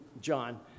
John